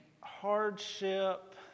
hardship